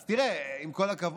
אז תראה, עם כל הכבוד,